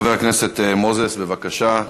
חבר הכנסת מוזס, בבקשה.